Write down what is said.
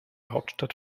hauptstadt